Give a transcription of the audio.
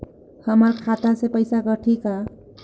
हमर खाता से पइसा कठी का?